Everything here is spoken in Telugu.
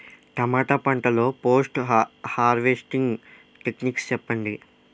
టమాటా పంట లొ పోస్ట్ హార్వెస్టింగ్ టెక్నిక్స్ చెప్పండి?